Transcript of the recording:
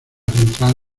central